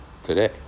Today